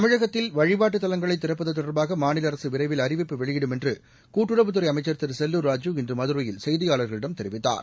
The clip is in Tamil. தமிழகத்தில் வழிபாட்டுத் தலங்களை திறப்பது தொடர்பாக மாநில அரசு விரைவில் அறிவிப்பு வெளியிடும் என்று கூட்டுறவுத்துறை அமைச்ச் திரு செல்லூர் ராஜூ இன்று மதுரையில் செய்தியாள்களிடம் தெரிவித்தார்